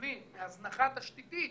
וסובלים מהזנחה תשתיתית.